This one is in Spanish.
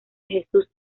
jesús